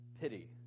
pity